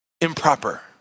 improper